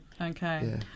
Okay